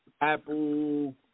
Apple